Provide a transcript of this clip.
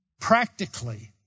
practically